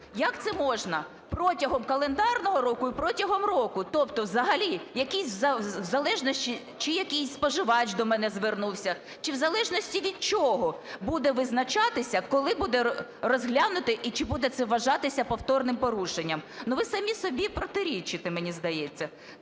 Як це можна, протягом календарного року і протягом року, тобто взагалі якийсь в залежності чи якийсь споживач до мене звернувся, чи в залежності від чого буде визначатися, коли буде розглянуто і чи буде це вважатися повторним порушенням? Ну, ви самі собі протирічите, мені здається.